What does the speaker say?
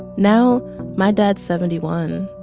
now my dad's seventy one,